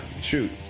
shoot